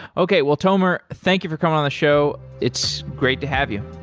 okay. well, tomer, thank you for coming on the show. it's great to have you.